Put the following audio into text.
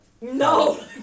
No